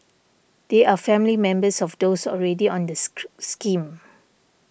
they are family members of those already on the scheme